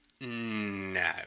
No